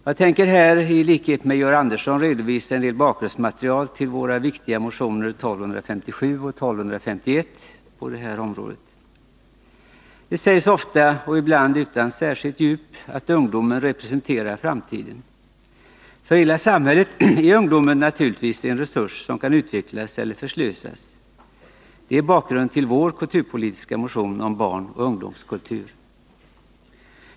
Jag tänker här i likhet med Georg Andersson redovisa en del bakgrunds material till våra viktiga motioner 1257 och 1251 på det här området. Det sägs ofta och ibland utan särskilt djup, att ungdomen representerar framtiden. För hela samhället är ungdomen naturligtvis en resurs som kan utvecklas eller förslösas. Det är bakgrunden till vår kulturpolitiska motion om barnoch ungdomskultur.